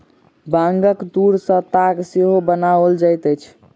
बांगक तूर सॅ ताग सेहो बनाओल जाइत अछि